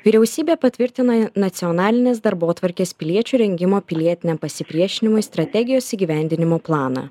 vyriausybė patvirtinai nacionalinės darbotvarkės piliečių rengimo pilietiniam pasipriešinimui strategijos įgyvendinimo planą